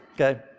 okay